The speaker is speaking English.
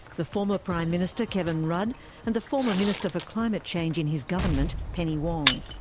the former prime minister kevin rudd and the former minister for climate change in his government, penny wong.